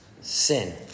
Sin